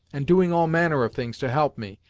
and doing all manner of things to help me,